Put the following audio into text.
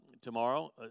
tomorrow